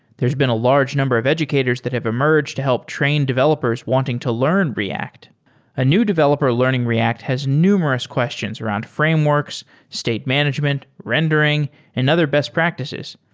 there's been a large number of educators that have emerged to help train developers wanting to learn react a new developer learning react has numerous questions around frameworks, state management, rendering and other best practices.